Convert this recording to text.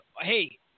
hey